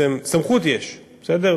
סמכות יש, בסדר?